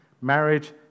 Marriage